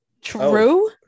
True